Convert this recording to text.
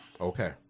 Okay